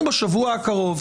אנחנו בשבוע הקרוב,